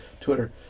Twitter